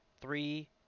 three